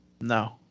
No